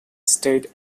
state